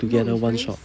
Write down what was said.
together one shot